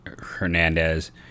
Hernandez